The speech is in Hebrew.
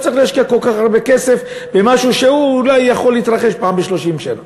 לא צריך להשקיע כל כך הרבה כסף במשהו שאולי יכול להתרחש פעם ב-30 שנה.